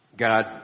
God